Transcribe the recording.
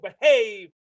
behave